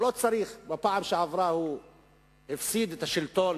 בפעם שעברה הוא הפסיד את השלטון